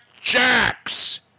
jacks